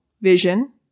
vision